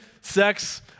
sex